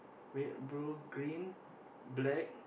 red blue green black